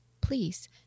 please